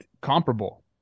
comparable